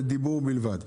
לדיבור בלבד.